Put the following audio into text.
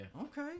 Okay